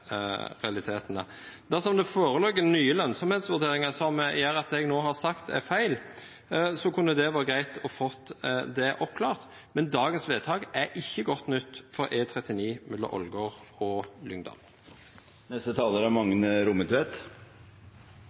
realitetene. Dersom det foreligger noen nye lønnsomhetsvurderinger som gjør at det jeg nå har sagt, er feil, kunne det vært greit å få det oppklart. Men dagens vedtak er ikke godt nytt for E39 mellom Ålgård og Lyngdal. Me må vedgå at det er